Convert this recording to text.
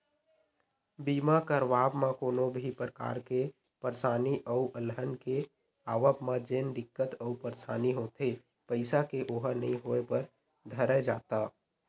बीमा करवाब म कोनो भी परकार के परसानी अउ अलहन के आवब म जेन दिक्कत अउ परसानी होथे पइसा के ओहा नइ होय बर धरय जादा